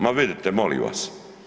Ma vidite, molim vas.